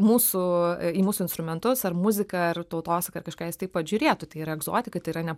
mūsų į mūsų instrumentus ar muziką ar tautosaką ar kažką jis taip pat žiūrėtų tai yra egzotika tai yra